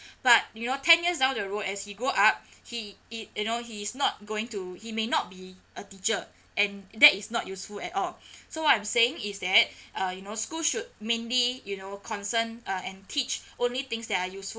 but you know ten years down the road as he grow up he he you know he is not going to he may not be a teacher and that is not useful at all so what I'm saying is that uh you know schools should mainly you know concerned uh and teach only things that are useful